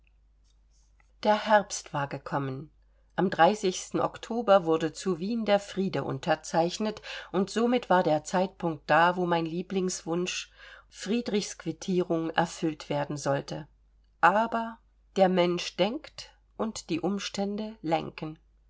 der herbst war gekommen am oktober wurde zu wien der friede unterzeichnet und somit war der zeitpunkt da wo mein lieblingswunsch friedrichs quittierung erfüllt werden sollte aber der mensch denkt und die umstände lenken